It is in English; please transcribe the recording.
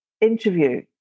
interview